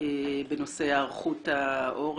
בנושא היערכות העורף,